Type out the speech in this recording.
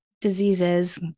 diseases